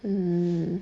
mm